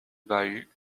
bahut